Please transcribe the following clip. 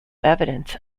evidence